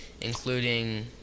including